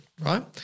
right